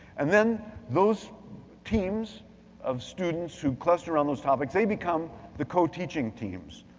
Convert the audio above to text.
and then those teams of students who cluster around those topics, they become the co-teaching teams.